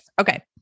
Okay